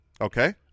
Okay